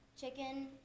chicken